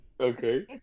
Okay